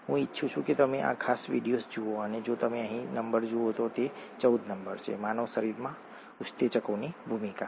હું ઇચ્છું છું કે તમે આ ખાસ વિડિઓ જુઓ જો તમે અહીં નંબર જુઓ તો તે 14 નંબર છે માનવ શરીરમાં ઉત્સેચકોની ભૂમિકા